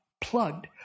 plugged